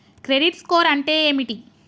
Credit score అంటే ఏమిటి?